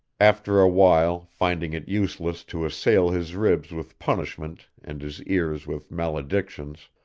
after a while, finding it useless to assail his ribs with punishment and his ears with maledictions,